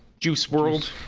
juice world